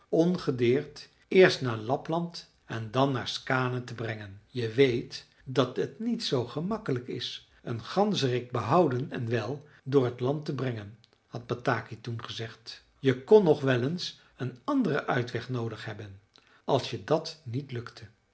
ongedeerd eerst naar lapland en dan naar skaane te brengen je weet dat het niet zoo gemakkelijk is een ganzerik behouden en wel door het land te brengen had bataki toen gezegd je kon nog wel eens een anderen uitweg noodig hebben als je dat niet lukte